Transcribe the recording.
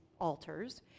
altars